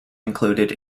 included